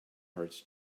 hearts